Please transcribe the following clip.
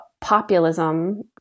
populism